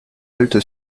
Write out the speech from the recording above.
halte